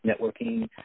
networking